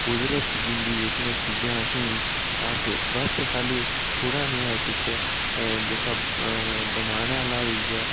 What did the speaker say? कुदरत दियां चीज़ां जेह्कियां असें ईं अस बस खाल्ली थोह्ड़ा नेहा इत्त च जेह्का बनाना आह्ला होई गेआ